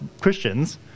Christians